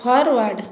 forward